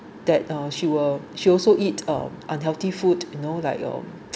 that uh she will she also eat uh unhealthy food you know like your